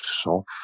soft